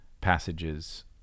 passages